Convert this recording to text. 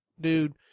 dude